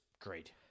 great